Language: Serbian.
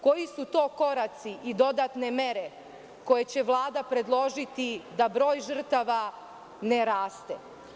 Koji su to koraci i dodatne mere koje će Vlada predložiti da broj žrtava ne raste?